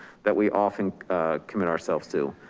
that we often commit ourselves to.